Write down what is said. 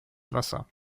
wasser